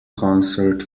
concert